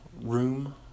room